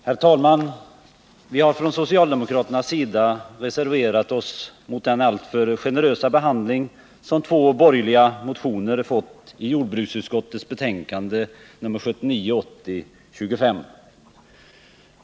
Herr talman! Vi har från socialdemokraternas sida reserverat oss mot den alltför generösa behandling som två borgerliga motioner fått i jordbruksutskottets betänkande 1979/80:25.